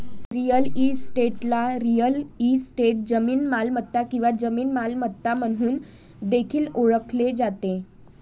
real इस्टेटला real estate, जमीन मालमत्ता किंवा जमीन मालमत्ता म्हणून देखील ओळखले जाते